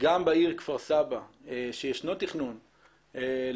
גם בעיר כפר סבא שישנו תכנון למטרו,